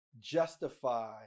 justify